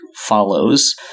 follows